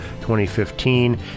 2015